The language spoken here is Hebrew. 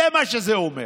זה מה שזה אומר.